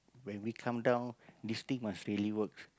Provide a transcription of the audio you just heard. when we come down this thing must really works